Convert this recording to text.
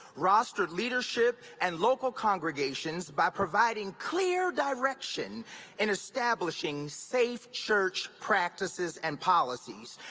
rostered leadership, and local congregations by providing clear direction in establishing safe church practices and policies,